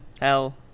hell